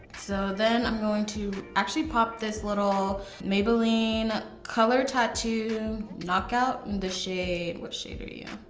so then i'm going to actually pop this little maybelline color tattoo knockout in the shade. what shade are you? oh,